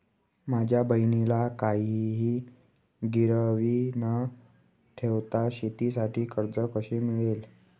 माझ्या बहिणीला काहिही गिरवी न ठेवता शेतीसाठी कर्ज कसे मिळेल?